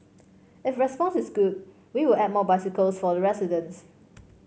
if response is good we will add more bicycles for the residents